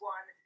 One